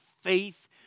faith